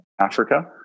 Africa